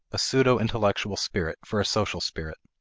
a pseudo-intellectual spirit for a social spirit.